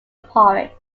porridge